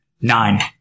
Nine